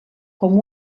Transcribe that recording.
com